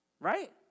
Right